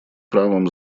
правом